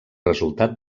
resultat